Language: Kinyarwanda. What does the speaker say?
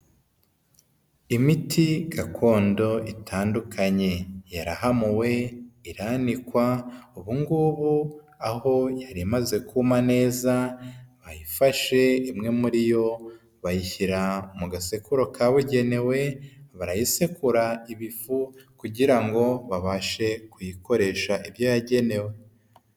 Imiti gakondo itandukanye. Yarahamuwe, iranikwa, ubu ngubu aho yari imaze kuma neza bayifashe imwe muri yo bayishyira mu gasekuru kabugenewe barayisekura iba ifu kugira ngo babashe kuyikoresha ibyo yagenewe.